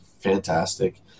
fantastic